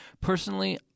Personally